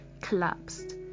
collapsed